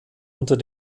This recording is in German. unter